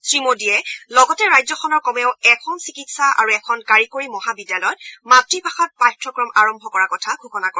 শ্ৰীমোদীয়ে লগতে ৰাজ্যখনৰ কমেও এখন চিকিৎসা আৰু এখন কাৰিকৰী মহাবিদ্যালয়ত মাতৃ ভাষাত পাঠ্যক্ৰম আৰম্ভ কৰাৰ কথা ঘোষণা কৰে